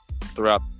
throughout